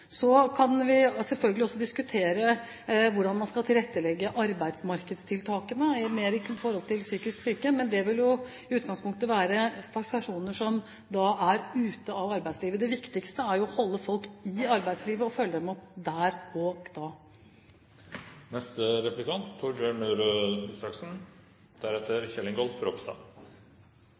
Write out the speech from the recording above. Så kan vi selvfølgelig også diskutere hvordan man skal tilrettelegge arbeidsmarkedstiltakene mer for psykisk syke, men det vil i utgangspunktet være for personer som er ute av arbeidslivet. Det viktigste er jo å holde folk i arbeidslivet og følge dem opp der og da.